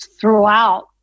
throughout